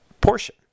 portion